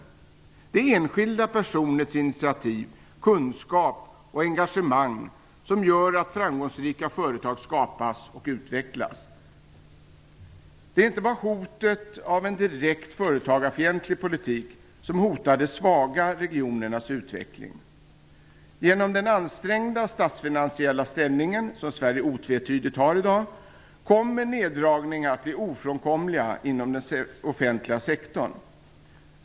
Det är enskilda personers initiativ, kunskap och engagemang som gör att framgångsrika företag skapas och utvecklas. Det är inte bara en direkt företagarfientlig politik som hotar de svaga regionernas utveckling. Genom den ansträngda statsfinansiella ställning som Sverige otvetydigt har i dag kommer neddragningar att bli ofrånkomliga inom den offentliga sektorn.